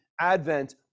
Advent